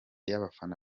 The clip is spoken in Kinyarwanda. y’abafana